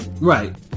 Right